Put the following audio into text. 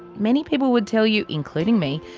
many people would tell you. including me.